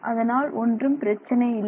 அதனால் ஒன்றும் பிரச்சினை இல்லை